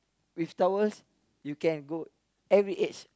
with towels you can go every edge